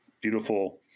beautiful